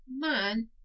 man